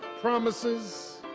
promises